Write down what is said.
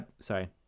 sorry